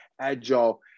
agile